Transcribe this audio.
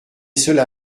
cela